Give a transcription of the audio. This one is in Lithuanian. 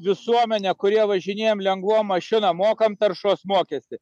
visuomenė kurie važinėjam lengvom mašinom mokam taršos mokestį